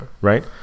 right